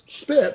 spit